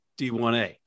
D1A